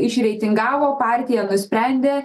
išreitingavo partija nusprendė